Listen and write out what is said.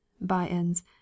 By-ends